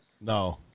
No